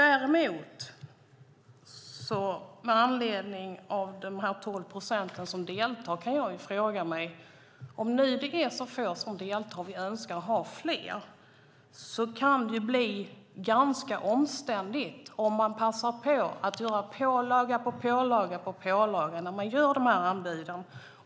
Om vi önskar att fler än 12 procent ska delta kan det bli ganska omständligt om man passar på att göra pålaga på pålaga när man gör dessa anbud.